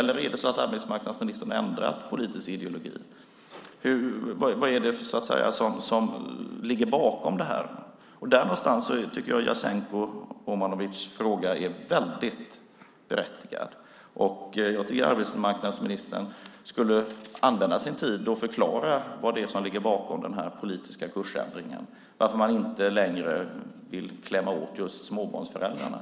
Eller är det så att arbetsmarknadsministern har ändrat politisk ideologi? Vad är det som ligger bakom det här? Där någonstans tycker jag att Jasenko Omanovics fråga är väldigt berättigad. Jag tycker att arbetsmarknadsministern skulle använda sin tid till att förklara vad det är som ligger bakom denna politiska kursändring, att man inte längre vill klämma åt just småbarnsföräldrarna.